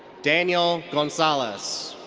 daniel gonzales.